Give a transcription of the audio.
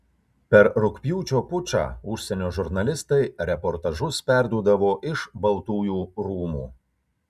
per rugpjūčio pučą užsienio žurnalistai reportažus perduodavo iš baltųjų rūmų